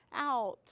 out